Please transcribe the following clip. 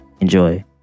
enjoy